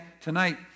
tonight